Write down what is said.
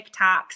TikToks